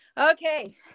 Okay